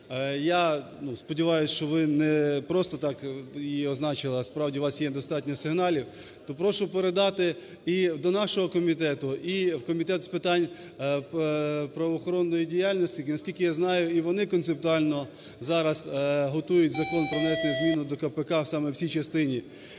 я сподіваюся, що ви не просто так її означили, а справді у вас є достатньо сигналів, то прошу передати і до нашого комітету, і в Комітет з питань правоохоронної діяльності, наскільки я знаю, і вони концептуально зараз готують закон про внесення змін до КПК саме в цій частині,